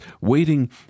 waiting